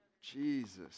Jesus